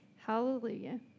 Hallelujah